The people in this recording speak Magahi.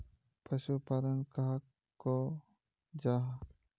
पशुपालन कहाक को जाहा?